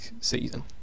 season